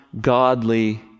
godly